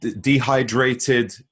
dehydrated